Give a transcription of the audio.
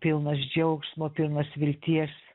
pilnas džiaugsmo pilnas vilties